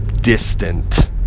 distant